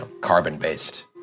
carbon-based